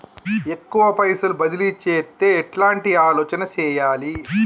ఎక్కువ పైసలు బదిలీ చేత్తే ఎట్లాంటి ఆలోచన సేయాలి?